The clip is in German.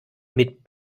mit